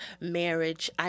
marriage